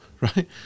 right